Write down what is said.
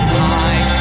high